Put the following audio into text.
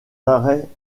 arrêts